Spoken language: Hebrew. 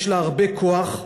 יש לה הרבה כוח,